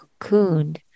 cocooned